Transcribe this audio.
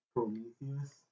Prometheus